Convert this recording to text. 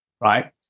Right